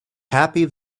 happy